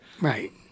Right